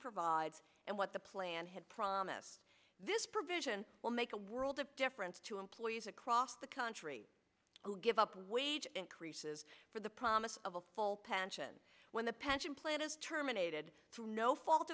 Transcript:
provides and what the plan had promised this provision will make a world of difference to employees across the country who give up wage increases for the promise of a full pension when the pension plan is terminated